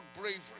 bravery